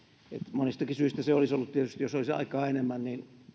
monestakin syystä se olisi ollut tietysti jos olisi aikaa enemmän